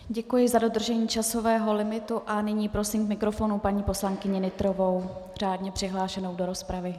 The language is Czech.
Děkuji za dodržení časového limitu a nyní prosím k mikrofonu paní poslankyni Nytrovou, řádně přihlášenou do rozpravy.